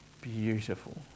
beautiful